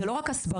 זו לא רק הסברה,